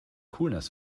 coolness